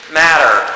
matter